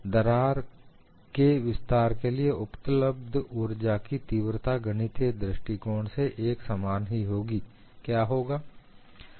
दरार के विस्तार के लिए उपलब्ध ऊर्जा की तीव्रता गणितीय दृष्टिकोण से एक समान ही होगी क्या होगा